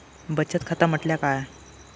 बचत खाता म्हटल्या काय?